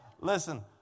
Listen